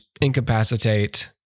incapacitate